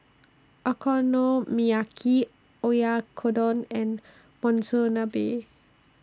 Okonomiyaki Oyakodon and Monsunabe